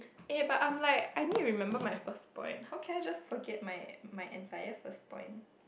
eh but I'm like I need to remember my first point how can I just forget my my entire first point